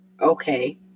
Okay